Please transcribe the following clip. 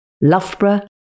Loughborough